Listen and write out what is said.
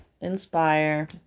inspire